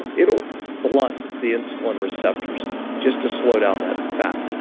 it will blunt the insulin receptors just to slow down that fat.